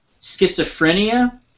schizophrenia